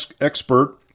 expert